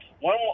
One